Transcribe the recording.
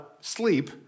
sleep